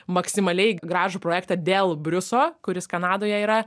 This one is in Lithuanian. maksimaliai gražų projektą dėl briuso kuris kanadoje yra